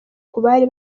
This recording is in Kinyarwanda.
kubari